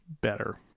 better